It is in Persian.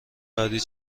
بعدی